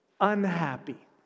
unhappy